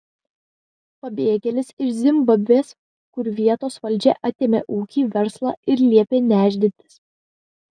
pabėgėlis iš zimbabvės kur vietos valdžia atėmė ūkį verslą ir liepė nešdintis